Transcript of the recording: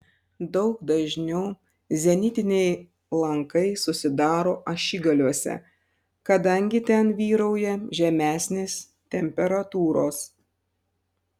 daug dažniau zenitiniai lankai susidaro ašigaliuose kadangi ten vyrauja žemesnės temperatūros